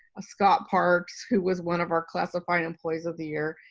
scott parks who was one of our classified employees of the year.